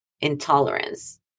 Intolerance